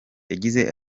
yagize